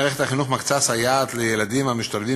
מערכת החינוך מקצה סייעת לילדים המשתלבים